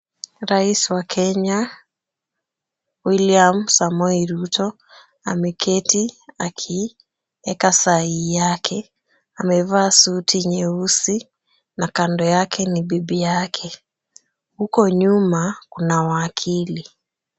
Rais wa Kenya William Samoei Ruto, ameketi akieka sahihi yake. Amevaa suti nyeusi na kando yake ni bibi yake. Huko nyuma kuna wakili.